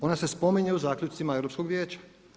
Ona se spominje u zaključcima Europskog vijeća.